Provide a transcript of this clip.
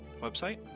website